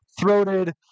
throated